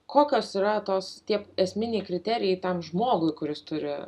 kokios yra tos tie esminiai kriterijai tam žmogui kuris turi